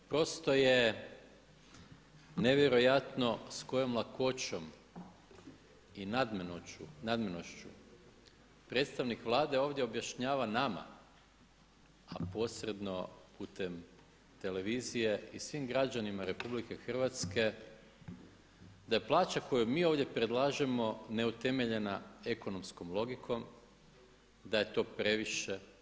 Prosto je nevjerojatno s kojom lakoćom i nadmenošću predstavnik Vlade ovdje objašnjava nama a posredno putem televizije i svim građanima RH da je plaća koju mi ovdje predlažemo neutemeljena ekonomskom logikom, da je to previše.